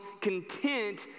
content